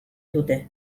dute